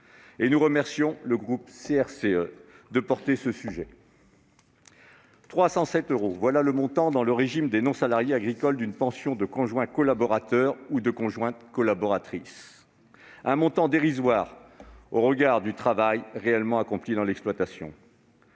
Et nous remercions le groupe CRCE de défendre ce sujet. 307 euros : voilà le montant, dans le régime des non-salariés agricoles, d'une pension de conjoint collaborateur ou de conjointe collaboratrice. Ce montant est dérisoire au regard du travail réellement accompli dans l'exploitation